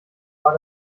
war